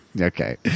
Okay